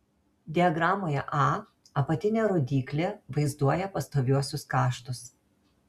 diagramoje a apatinė rodyklė vaizduoja pastoviuosius kaštus